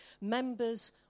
Members